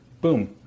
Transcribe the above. boom